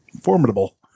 formidable